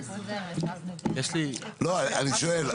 אני שואל.